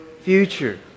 future